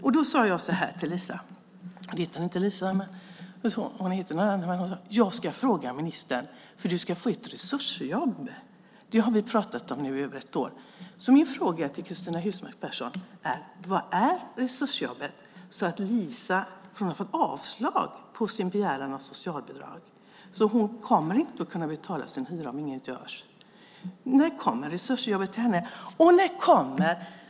Jag sade så här till Lisa - hon heter egentligen något annat: Jag ska fråga ministern. Du ska få ett resursjobb. Det har vi pratat om i över ett år. Min fråga till Cristina Husmark Pehrsson är: Var är resursjobbet? Lisa har fått avslag på sin begäran om socialbidrag. Hon kommer inte att kunna betala sin hyra om inget görs. När kommer resursjobbet till henne?